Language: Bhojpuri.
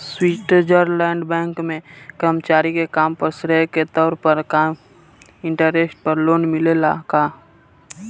स्वीट्जरलैंड में बैंक के कर्मचारी के काम के श्रेय के तौर पर कम इंटरेस्ट पर लोन मिलेला का?